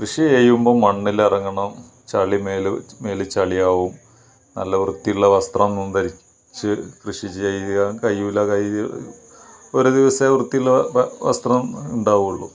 കൃഷി ചെയ്യുമ്പം മണ്ണിലിറങ്ങണം ചളിമേൽ മേല് ചളിയാവും നല്ല വൃത്തിയുള്ള വസ്ത്രമൊന്നും ധരിച്ച് കൃഷി ചെയ്യാൻ കഴിയില്ല ഒരു ദിവസമേ വൃത്തിയുള്ള വസ്ത്രം ഉണ്ടാവുള്ളു